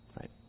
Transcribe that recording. right